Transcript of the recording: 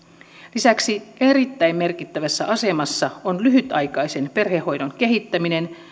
lisäksi erittäin merkittävässä asemassa on lyhytaikaisen perhehoidon kehittäminen